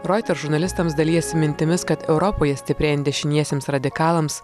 roiters žurnalistams dalijasi mintimis kad europoje stiprėjant dešiniesiems radikalams